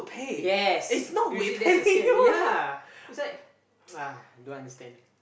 yes usually that's a scam ya it's like ah don't understand